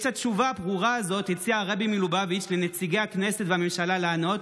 את התשובה הברורה הזאת הציע הרבי מלובביץ' לנציגי הכנסת והממשלה לענות,